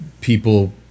people